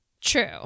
True